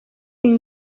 iyi